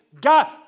God